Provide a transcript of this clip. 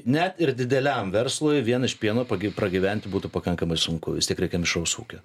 net ir dideliam verslui vien iš pieno pagi pragyventi būtų pakankamai sunku vis tiek reikia mišraus ūkio